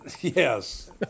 Yes